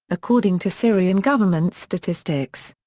according to syrian government statistics.